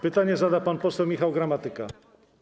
Pytanie zada pan poseł Michał Gramatyka.